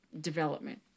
development